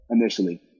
Initially